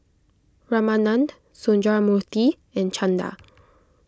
Ramanand Sundramoorthy and Chanda